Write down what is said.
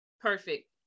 Perfect